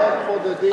רק בודדים אבל.